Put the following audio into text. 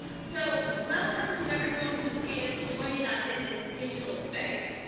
so welcome to everyone who is joining us in this digital space.